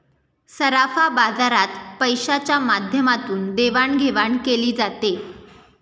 सराफा बाजारात पैशाच्या माध्यमातून देवाणघेवाण केली जाते